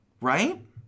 right